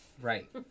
Right